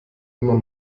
immer